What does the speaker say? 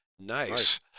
Nice